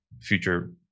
future